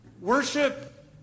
Worship